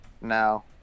No